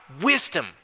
wisdom